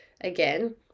Again